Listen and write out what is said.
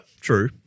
True